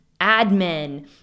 admin